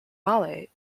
malay